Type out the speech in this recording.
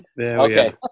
Okay